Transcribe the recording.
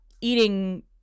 eating